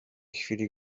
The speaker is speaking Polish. chwili